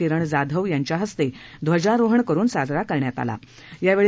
किरण जाधव यांच्या हस्ते ध्वजारोहण करून साजरा करण्यात आलायावेळी